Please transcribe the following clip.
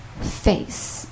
face